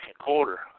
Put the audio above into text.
quarter